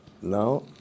Now